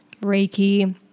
Reiki